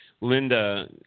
Linda